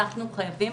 אנחנו חייבים